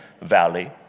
Valley